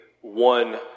one